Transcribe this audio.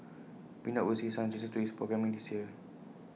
pink dot will see some changes to its programming this year